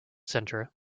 centre